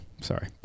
Sorry